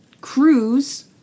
Cruise